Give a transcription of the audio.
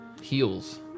heels